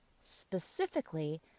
specifically